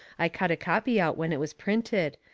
i cut a copy out when it was printed,